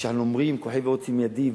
כשאנו אומרים: "כוחי ועוצם ידי",